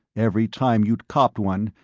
every time you'd copped one,